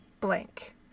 blank